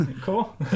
cool